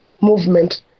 movement